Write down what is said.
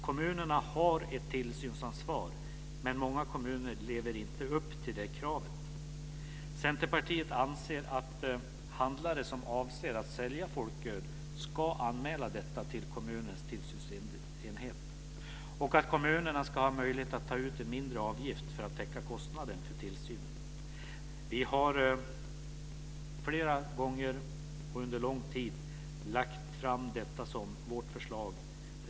Kommunerna har ett tillsynsansvar, men många kommuner lever inte upp till det kravet. Centerpartiet anser att handlare som avser att sälja folköl ska anmäla detta till kommunens tillsynsenhet och att kommunerna ska ha möjlighet att ta ut en mindre avgift för att täcka kostnaden för tillsynen. Vi har flera gånger och under lång tid lagt fram detta som vårt förslag.